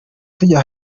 tujya